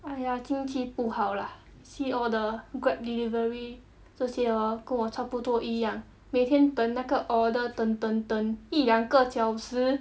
!aiya! 经济不好 lah see all the Grab delivery 这些哦跟我差不多一样每天等那个 order 等等等一两个小时